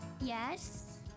Yes